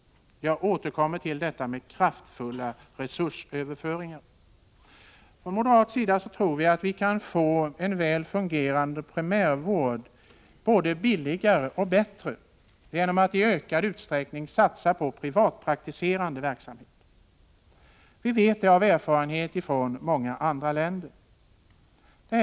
Jag återkommer till detta med kraftfulla resursöverföringar. Från moderat sida tror vi att vi kan få en väl fungerande primärvård både billigare och bättre genom att i ökad utsträckning satsa på en verksamhet med privatpraktiker. Vi vet av erfarenhet från många andra länder att man kan åstadkomma detta.